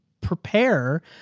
prepare